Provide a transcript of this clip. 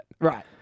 Right